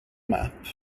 map